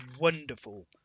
wonderful